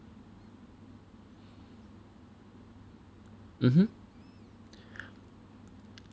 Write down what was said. mmhmm